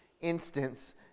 instance